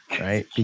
right